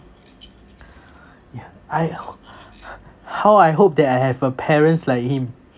yeah I ho~ h~ how I hope that I have a parents like him